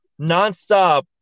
nonstop